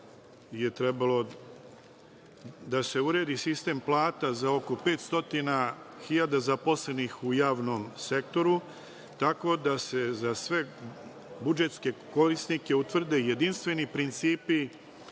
je trebalo da se uredi sistem plata za oko 500.000 zaposlenih u javnom sektoru, tako da se za sve budžetske korisnike utvrde jedinstveni principi